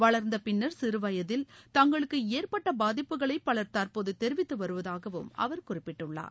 வளர்ந்த பின்னர் சிறுவயதில் தங்களுக்கு ஏற்பட்ட பாதிப்புகளை பலர் தற்போது தெரிவித்து வருவதாகவும் அவர் குறிப்பிட்டுள்ளார்